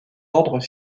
ordres